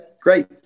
great